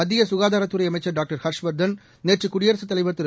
மத்திய ககாதாரத்துறை அமைச்சர் டாக்டர் ஹர்ஷ்வர்தன் நேற்று குடியரசுத் தலைவர் திரு